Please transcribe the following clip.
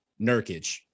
Nurkic